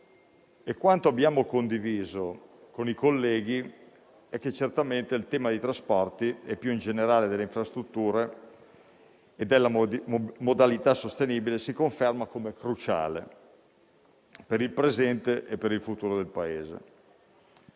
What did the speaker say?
e abbiamo condiviso con i colleghi che il tema dei trasporti, e più in generale delle infrastrutture e della mobilità sostenibile, si conferma come cruciale per il presente e per il futuro del Paese.